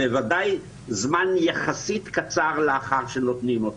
בוודאי זמן יחסית קצר לאחר שנותנים אותו.